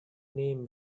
name